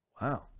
Wow